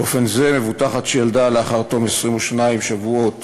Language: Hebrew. באופן זה, מבוטחת שילדה לאחר תום 22 שבועות